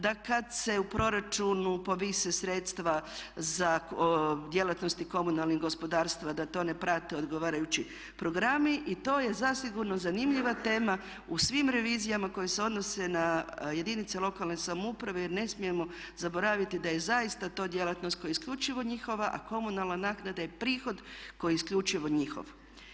Da kada se u proračunu povise sredstva za djelatnosti komunalnih gospodarstva da to ne prate odgovarajući programi i to je zasigurno zanimljiva tema u svim revizijama koje se odnose na jedinice lokalne samouprave jer ne smijemo zaboraviti da je zaista to djelatnost koja je isključivo njihova a komunalna naknada je prihod koji je isključivo njihov.